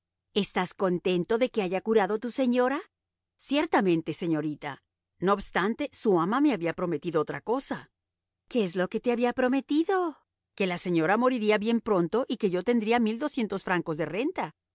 estás contento de que haya curado tu señora ciertamente señorita no obstante su ama me había prometido otra cosa qué es lo que te había prometido que la señora moriría bien pronto y que yo tendría francos de renta